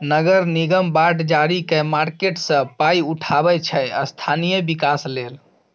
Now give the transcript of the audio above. नगर निगम बॉड जारी कए मार्केट सँ पाइ उठाबै छै स्थानीय बिकास लेल